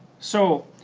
so,